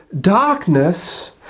darkness